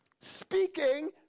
speaking